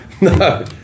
No